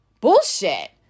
Bullshit